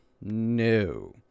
No